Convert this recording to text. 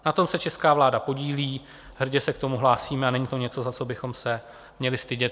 Na tom se česká vláda podílí, hrdě se k tomu hlásíme a není to něco, za co bychom se měli stydět.